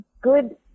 good